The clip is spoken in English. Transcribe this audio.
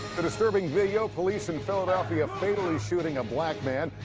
the disturbing video police in philadelphia fatally shooting a black man,